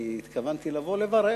אני התכוונתי לבוא לברך.